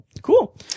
Cool